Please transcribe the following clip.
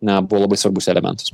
na buvo labai svarbus elementas